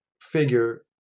figure